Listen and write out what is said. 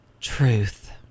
truth